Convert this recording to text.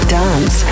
dance